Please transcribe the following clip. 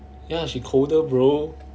ya she coder bro